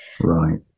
Right